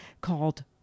called